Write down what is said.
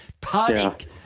panic